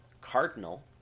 Cardinal